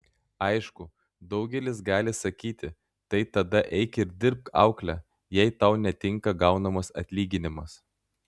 aišku daugelis gali sakyti tai tada eik ir dirbk aukle jei tau netinka gaunamas atlyginimas